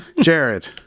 Jared